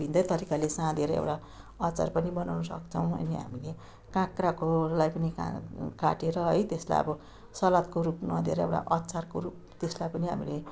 भिन्दै तरिकाले साँधेर एउटा अचार पनि बनाउन सक्छौँ अनि हामीले काक्राकोलाई पनि काटेर है त्यसलाई अब सलादको रूप नदिएर एउटा अचारको रूप त्यसलाई पनि हामीले